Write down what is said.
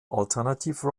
alternative